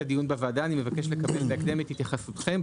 הדיון בוועדה אני מבקש לקבל בהקדם את התייחסותכם,